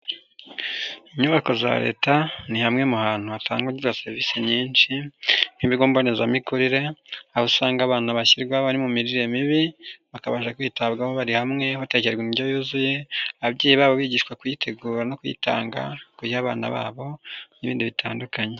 Inyubako za Leta ni hamwe mu hantu hatangirwa serivisi nyinshi nk'ibigo mbonezamikurire, aho usanga abana bashyirwa bari mu mirire mibi, bakabasha kwitabwaho bari hamwe, hatekererwa indyo yuzuye, ababyeyi babo bigishwa kuyitegura no kuyitanga, kuyiha abana babo n'ibindi bitandukanye.